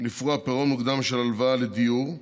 לפרוע פירעון מוקדם של הלוואה לדיור,